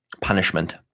punishment